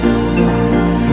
stars